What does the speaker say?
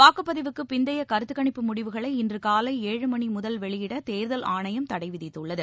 வாக்குப்பதிவுக்குப் பிந்தையகருத்துக்கணிப்பு முடிவுகளைவெளியிட இன்றுகாலை ஏழு மணிமுதல் வெளியிடதேர்தல் ஆணையம் தடைவிதித்துள்ளது